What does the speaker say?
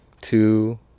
two